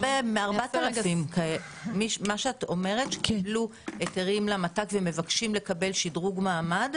4,000. מי שקיבל היתרים למת"ק ומבקש לקבל שדרוג מעמד,